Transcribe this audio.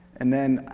and then,